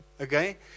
okay